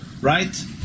right